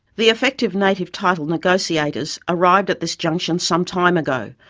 the effective native title negotiators arrived at this junction some time ago,